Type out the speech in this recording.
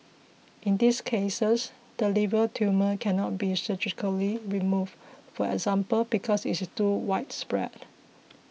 in these cases the liver tumour cannot be surgically removed for example because it is too widespread